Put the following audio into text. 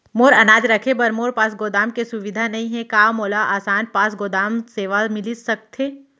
मोर अनाज रखे बर मोर पास गोदाम के सुविधा नई हे का मोला आसान पास गोदाम सेवा मिलिस सकथे?